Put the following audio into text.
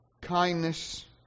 kindness